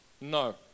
no